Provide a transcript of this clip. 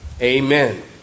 amen